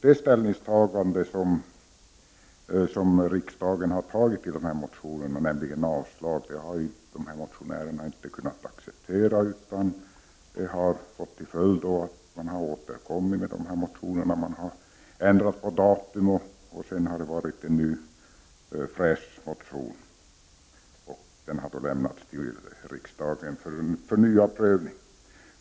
Det ställningstagande som riksdagen då har gjort, nämligen avslag på motionerna, har motionärerna inte kunnat acceptera, utan det har fått till följd att de har återkommit. Man har ändrat på datum, och sedan har det varit en ny, fräsch motion som lämnats till riksdagen för förnyad prövning.